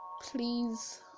please